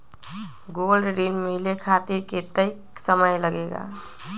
Gold ऋण मिले खातीर कतेइक समय लगेला?